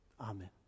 Amen